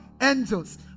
angels